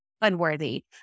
unworthy